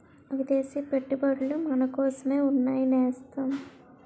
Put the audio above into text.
విదేశీ పెట్టుబడులు మనకోసమే ఉన్నాయి నేస్తం